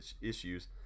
issues